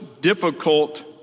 difficult